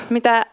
Mitä